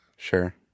Sure